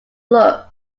look